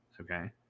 Okay